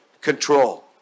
control